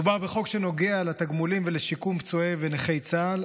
מדובר בחוק שנוגע לתגמולים ולשיקום פצועי ונכי צה"ל,